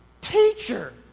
teacher